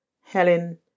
Helen